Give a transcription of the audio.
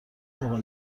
موقع